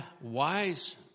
wise